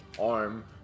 arm